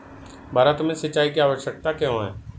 भारत में सिंचाई की आवश्यकता क्यों है?